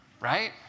right